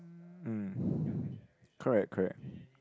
mm correct correct